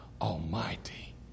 Almighty